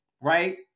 right